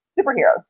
superheroes